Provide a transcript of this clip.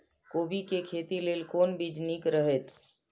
कोबी के खेती लेल कोन बीज निक रहैत?